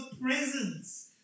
presence